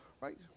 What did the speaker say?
Right